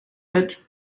that